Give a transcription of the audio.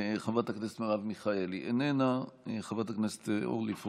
חברת הכנסת מרב מיכאלי, איננה.